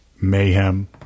mayhem